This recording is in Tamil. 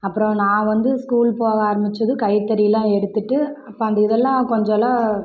அப்புறம் நான் வந்து ஸ்கூல் போக ஆரமித்ததும் கைத்தறிலாம் எடுத்துவிட்டு அப்போ அந்த இதெல்லாம் கொஞ்சம்லாம்